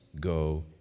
go